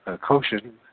Koshin